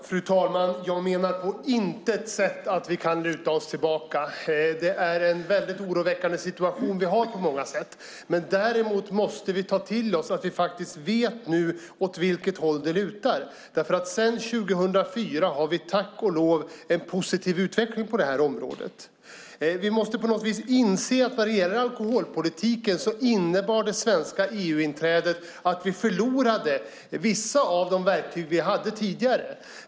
Fru talman! Jag menar på intet sätt att vi kan luta oss tillbaka. Det är på många sätt en väldigt oroväckande situation vi har. Däremot måste vi ta till oss att vi nu vet åt vilket håll det lutar. Sedan 2004 har vi tack och lov en positiv utveckling på området. Vi måste på något vis inse att när det gäller alkoholpolitiken innebar det svenska EU-inträdet att vi förlorade vissa av de verktyg vi hade tidigare.